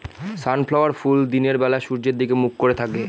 sunflower ফুল দিনের বেলা সূর্যের দিকে মুখ করে থাকে